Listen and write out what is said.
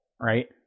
right